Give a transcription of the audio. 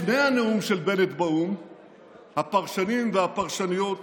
לפני הנאום של בנט באו"ם הפרשנים והפרשניות